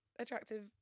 attractive